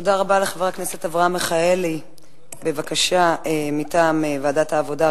תודה רבה לחבר הכנסת אברהם מיכאלי על ההודעה של ועדת העבודה,